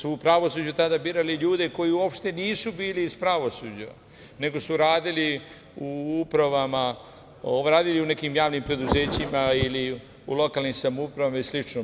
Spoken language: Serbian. Da su u pravosuđu tada birali ljude koji uopšte nisu bili iz pravosuđa, nego su radili u upravama, radili su u nekim javnim preduzećima ili lokalnim samoupravama i slično.